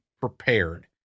prepared